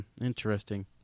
Interesting